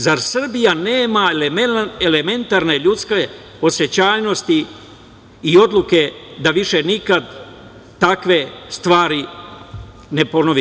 Zar Srbija nema elementarne ljudske osećajnosti i odluke da više nikad takve stvari ne ponovi?